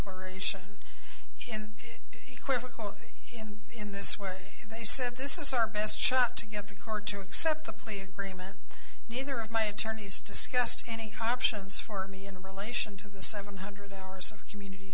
corporation in this way they said this is our best shot to get the hard to accept the plea agreement neither of my attorneys discussed any hard shows for me in relation to the seven hundred hours of community